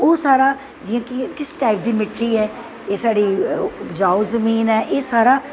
ओह् सारा जियां किस चाल्ली दी मिट्टी ऐ एह् साढ़ी उपजाऊ जमीन ऐ एह् सारा